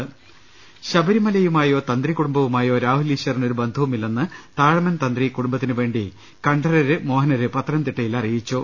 ്്്്്്് ശബരിമലയുമായോ തന്ത്രികൂടുംബവുമായോ രാഹുൽ ഈശ്വറിന് ഒരു ബന്ധവുമില്ലെന്ന് താഴമൺ തന്ത്രി കുടുംബത്തിനുവേണ്ടി കണ്ഠരര് മോഹനര് പത്തനംതിട്ടയിൽ അറിയിച്ചു